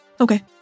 Okay